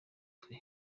twe